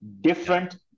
different